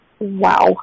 Wow